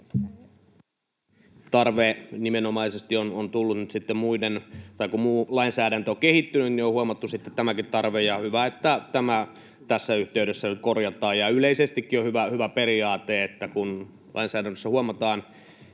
Tarve nimenomaisesti on tullut nyt, kun muu lainsäädäntö on kehittynyt ja on huomattu tämäkin tarve. Hyvä, että tämä tässä yhteydessä nyt korjataan, ja yleisestikin on hyvä periaate, että kun lainsäädännössä huomataan